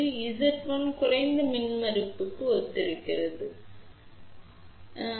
Zl குறைந்த மின்மறுப்புக்கு ஒத்திருக்கிறது Zh உயர் மின்மறுப்புக்கு சரி